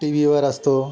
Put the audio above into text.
T व्हीवर असतो